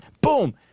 boom